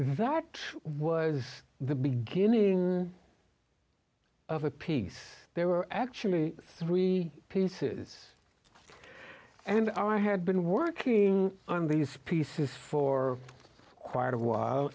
that was the beginning of a piece they were actually three pieces and i had been working on these pieces for quite a while